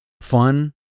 fun